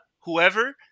whoever